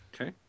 Okay